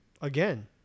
Again